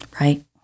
Right